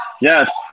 Yes